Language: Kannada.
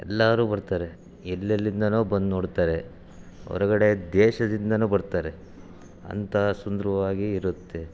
ಎಲ್ಲರೂ ಬರ್ತಾರೆ ಎಲ್ಲೆಲ್ಲಿಂದನೋ ಬಂದು ನೋಡ್ತಾರೆ ಹೊರ್ಗಡೆ ದೇಶದಿಂದನೂ ಬರ್ತಾರೆ ಅಂಥ ಸುಂದರವಾಗಿ ಇರುತ್ತೆ